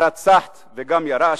הרצחת וגם ירשת?